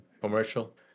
commercial